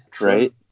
Right